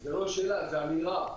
זו אמירה.